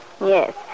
Yes